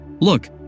Look